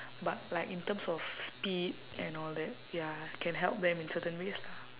but like in terms of speed and all that ya can help them in certain ways lah